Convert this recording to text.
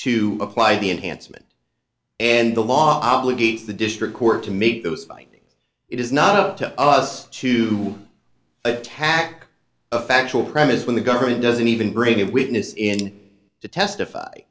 to apply the enhancement and the law obligates the district court to meet those fighting it is not up to us to attack a factual premise when the government doesn't even brady witness in to testify